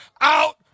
out